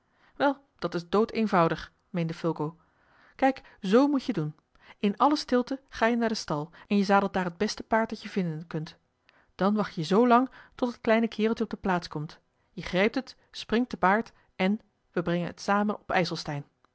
wel dat is doodeenvoudig meende fulco kijk z moet je doen in alle stilte ga je naar den stal en je zadelt daar het beste paard dat je vinden kunt dan wacht je zoo lang tot het kleine kereltje op de plaats komt je grijpt het springt te paard en we brengen het samen op ijselstein